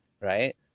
Right